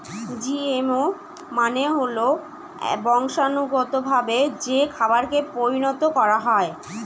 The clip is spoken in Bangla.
জিএমও মানে হল বংশানুগতভাবে যে খাবারকে পরিণত করা হয়